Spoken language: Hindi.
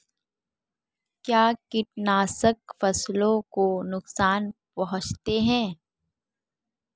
क्या कीटनाशक फसलों को नुकसान पहुँचाते हैं?